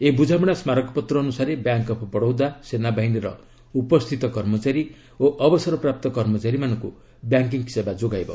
ଏହି ବୁଝାମଣା ସ୍କାରକପତ୍ର ଅନୁସାରେ ବ୍ୟାଙ୍କ୍ ଅଫ୍ ବଡୌଦା ସେନାବାହିନୀର ଉପସ୍ଥିତ କର୍ମଚାରୀ ଓ ଅବସରପ୍ରାପ୍ତ କର୍ମଚାରୀମାନଙ୍କୁ ବ୍ୟାଙ୍କିଙ୍ଗ୍ ସେବା ଯୋଗାଇବ